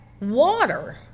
water